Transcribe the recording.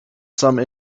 some